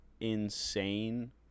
insane